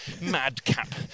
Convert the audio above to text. madcap